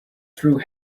through